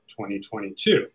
2022